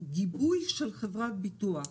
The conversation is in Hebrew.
גיבוי של חברת ביטוח.